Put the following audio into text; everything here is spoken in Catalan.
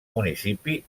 municipi